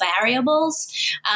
variables